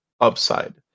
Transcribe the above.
upside